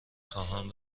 خواهم